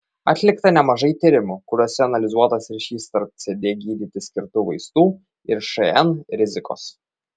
atlikta nemažai tyrimų kuriuose analizuotas ryšys tarp cd gydyti skirtų vaistų ir šn rizikos